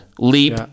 Leap